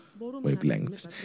wavelengths